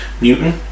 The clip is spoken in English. Newton